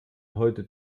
heute